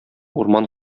урман